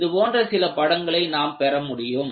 இது போன்ற சில படங்களை நாம் பெற முடியும்